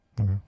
Okay